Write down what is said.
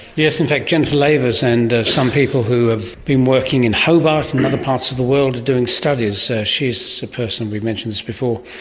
yes, in fact jennifer lavers and some people who have been working in hobart parts of the world are doing studies. she's a person, we've mentioned this before,